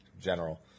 general